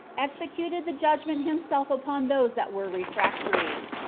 executed the judgment himself upon those that were refractory.